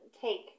take